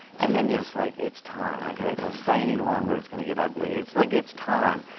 and then you're just like, it's time, okay? if i stay any longer, it's gonna get ugly. it's like, it's time,